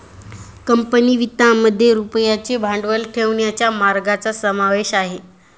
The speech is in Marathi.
कंपनी वित्तामध्ये रुपयाचे भांडवल ठेवण्याच्या मार्गांचा समावेश आहे